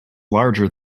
larger